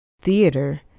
theater